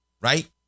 right